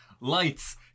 Lights